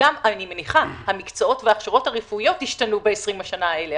אני מניחה שהמקצועות וההכשרות הרפואיות השתנו ב-20 השנים האלה,